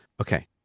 Okay